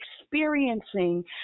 experiencing